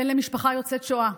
בן למשפחה יוצאת שואה,